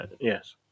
yes